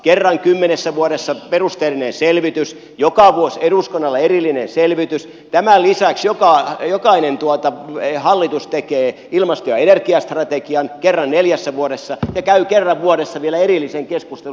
kerran kymmenessä vuodessa perusteellinen selvitys joka vuosi eduskunnalle erillinen selvitys tämän lisäksi jokainen hallitus tekee ilmasto ja energiastrategian kerran neljässä vuodessa ja käy kerran vuodessa vielä erillisen keskustelun